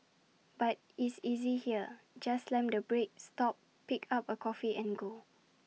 but is easy here just slam the brake stop pick A cup of coffee and go